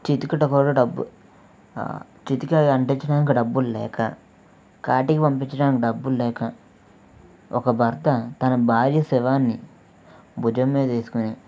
చితికి కూడా డబ్బు చితికి అవి అంటించడానికి డబ్బులు లేక కాటికి పంపించడానికి డబ్బులు లేక ఒక భర్త తన భార్య శవాన్ని భుజం మీద వేసుకొని